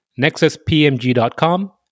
nexuspmg.com